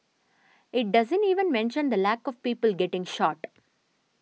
it doesn't even mention the lack of people getting shot